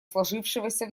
сложившегося